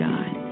God